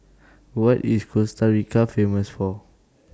What IS Costa Rica Famous For